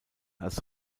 als